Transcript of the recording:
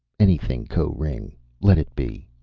anything. koh-ring let it be.